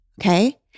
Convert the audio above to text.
Okay